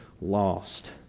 lost